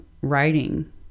writing